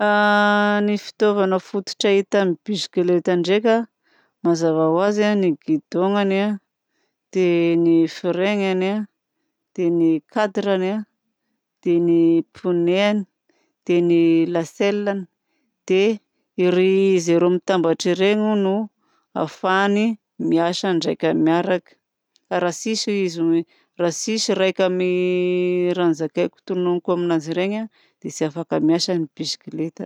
Ny fitaovana fototra hita amin'ny bisikileta ndraika mazava ho azy ny guidon-ny dia ny frein-any dia ny cadre-ny dia ny pneu-any dia ny lacelle-ny. Dia izy reo no mitambatra reo no ahafahany miasa ndraika miaraka. Raha tsisy izy raha tsisy raika amin'ny raha nozakaiko notononiko aminazy reny dia tsy afaka miasa ny bisikileta.